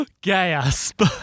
Gasp